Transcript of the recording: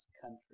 country